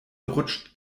rutscht